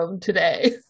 today